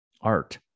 art